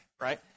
right